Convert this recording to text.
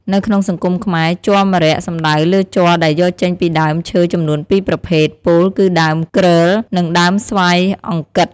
នៅក្នុងសង្គមខ្មែរ ជ័រ ម្រ័ក្សណ៍សំដៅលើជ័រដែលយកចេញពីដើមឈើចំនួនពីរប្រភេទ ពោលគឺដើមគ្រើល និងដើមស្វាយអង្គិត។